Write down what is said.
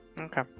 Okay